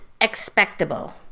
expectable